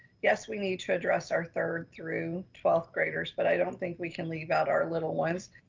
yes, we need to address our third through twelfth graders, but i don't think we can leave out our little ones.